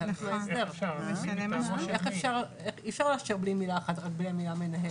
אי אפשר לאשר בלי מילה אחת, בלי המנהל.